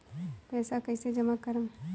पैसा कईसे जामा करम?